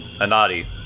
Anadi